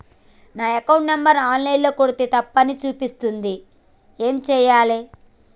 నా account number online ల కొడ్తే తప్పు అని చూపిస్తాంది ఏం చేయాలి?